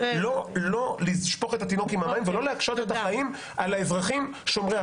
לא לשפוך את התינוק עם המים ולא להקשות את החיים על האזרחים שומרי החוק.